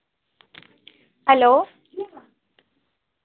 hello